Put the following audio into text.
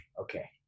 Okay